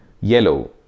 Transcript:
yellow